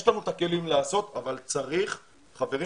יש לנו את הכלים לעשות אבל צריך להרפות.